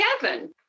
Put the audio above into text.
Kevin